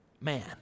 man